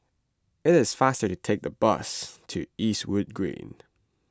it is faster to take the bus to Eastwood Green